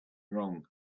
wrong